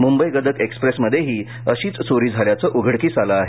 Mumbai Gadag express मध्येही अशीच चोरी झाल्याचं उघडकीस आलं आहे